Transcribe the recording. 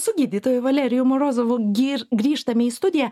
su gydytoju valerijum morozovu gyr grįžtame į studiją